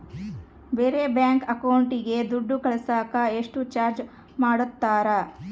ಬೇರೆ ಬ್ಯಾಂಕ್ ಅಕೌಂಟಿಗೆ ದುಡ್ಡು ಕಳಸಾಕ ಎಷ್ಟು ಚಾರ್ಜ್ ಮಾಡತಾರ?